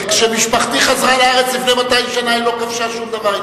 כשמשפחתי חזרה לארץ לפני 200 שנה היא לא כבשה שום דבר,